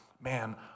man